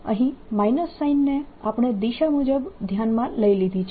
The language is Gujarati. અહીં માઈનસ સાઈનને આપણે દિશા મુજબ ધ્યાનમાં લઇ લીધી છે